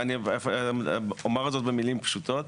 אומר זאת במילים פשוטות,